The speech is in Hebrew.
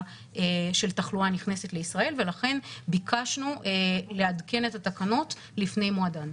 של תחלואה נכנסת לישראל ולכן ביקשנו לעדכן את התקנות לפני מועדן.